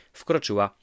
wkroczyła